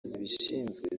zibishinzwe